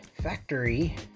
factory